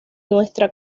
nuestra